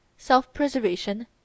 self-preservation